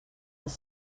els